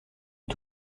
est